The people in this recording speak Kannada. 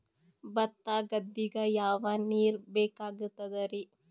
ಭತ್ತ ಗದ್ದಿಗ ಯಾವ ನೀರ್ ಬೇಕಾಗತದರೀ?